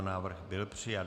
Návrh byl přijat.